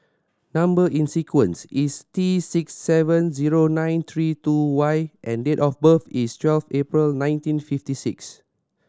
number in sequence is T six seven zero nine three two Y and date of birth is twelfth April nineteen fifty six